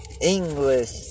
English